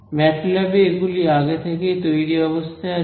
MATLAB এ এগুলি আগে থেকেই তৈরি অবস্থায় আছে